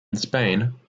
spain